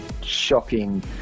shocking